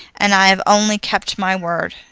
and i have only kept my word.